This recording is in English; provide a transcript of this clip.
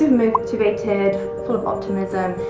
motivated sort of optimism,